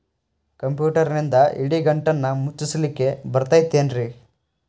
ಕಂಪ್ಯೂಟರ್ನಿಂದ್ ಇಡಿಗಂಟನ್ನ ಮುಚ್ಚಸ್ಲಿಕ್ಕೆ ಬರತೈತೇನ್ರೇ?